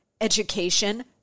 education